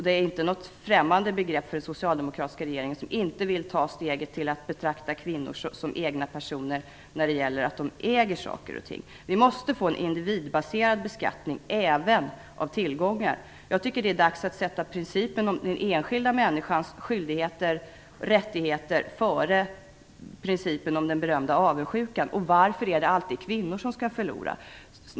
Det är inget främmande begrepp för den socialdemokratiska regeringen, som inte vill ta steget till att betrakta kvinnor som egna personer när det gäller att äga saker och ting. Vi måste få en individbaserad beskattning även av tillgångar. Jag tycker att det är dags att sätta principen om den enskilda människans skyldigheter och rättigheter före principen om den berömda avundsjukan. Varför är det alltid kvinnor som skall förlora?